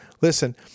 Listen